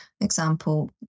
example